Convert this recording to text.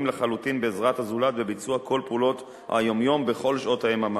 לחלוטין בעזרת הזולת בביצוע כל פעולות היום-יום בכל שעות היממה.